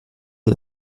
est